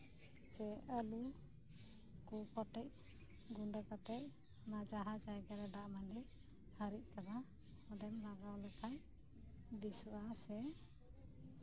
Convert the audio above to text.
ᱡᱮ ᱟᱹᱞᱩ ᱠᱚᱴᱮᱡ ᱜᱩᱰᱟᱹ ᱠᱟᱛᱮᱫ ᱡᱟᱦᱟᱸ ᱡᱟᱭᱜᱟᱨᱮ ᱫᱟᱜ ᱢᱟᱹᱰᱤ ᱦᱟᱹᱨᱩᱵ ᱠᱟᱱᱟ ᱚᱸᱰᱮᱢ ᱞᱟᱜᱟᱣ ᱞᱮᱠᱷᱟᱱ ᱵᱮᱥᱚᱜᱼᱟ ᱥᱮ